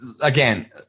again